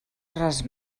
res